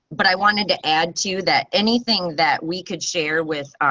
but i wanted to add to that anything that we could share with